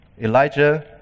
Elijah